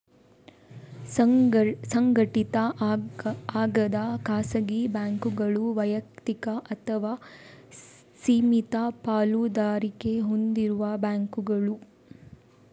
ಸಂಘಟಿತ ಆಗದ ಖಾಸಗಿ ಬ್ಯಾಂಕುಗಳು ವೈಯಕ್ತಿಕ ಅಥವಾ ಸೀಮಿತ ಪಾಲುದಾರಿಕೆ ಹೊಂದಿರುವ ಬ್ಯಾಂಕುಗಳು